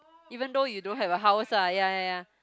even though you don't have a house ah ya ya ya